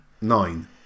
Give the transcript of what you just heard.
nine